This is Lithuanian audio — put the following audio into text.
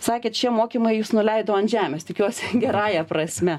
sakėt šie mokymai jus nuleido ant žemės tikiuosi gerąja prasme